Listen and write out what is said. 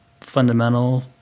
fundamental